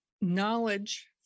knowledge